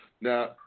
now